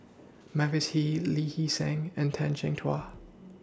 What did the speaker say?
Mavis Hee Lee Hee Seng and Tan Chin Tua